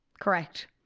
Correct